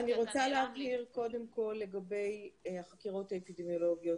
אני רוצה להבהיר קודם כל לגבי החקירות האפידמיולוגיות: